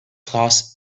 class